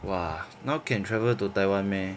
!wah! now can travel to taiwan meh